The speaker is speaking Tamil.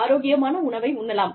ஆரோக்கியமான உணவை உண்ணலாம்